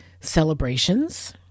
celebrations